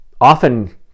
often